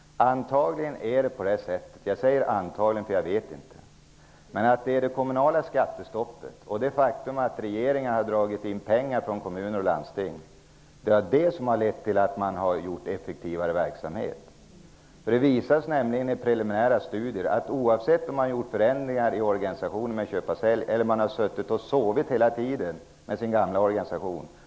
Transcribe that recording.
Antagligen är det på det sättet -- jag säger antagligen, för jag vet inte -- att det är det kommunala skattestoppet och det faktum att regeringen har dragit in pengar från kommuner och landsting som har lett till att verksamheten har blivit effektivare. Det har nämligen i preliminära studier visat sig att det blivit samma resultat oavsett om man genomfört förändringar i organisationen och infört köpa--sälj-system eller om man har suttit och sovit hela tiden med sin gamla organisation.